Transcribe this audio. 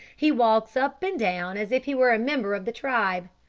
he walks up and down as if he were a member of the tribe.